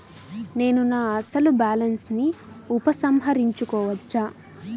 నేను నా అసలు బాలన్స్ ని ఉపసంహరించుకోవచ్చా?